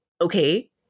Okay